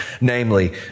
namely